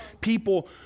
People